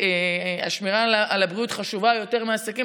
השמירה על הבריאות חשובה יותר מעסקים,